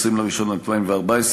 20 בינואר 2014,